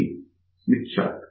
ఇది Smith chart